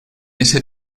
ese